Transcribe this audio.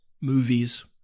movies